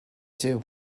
too